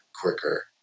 quicker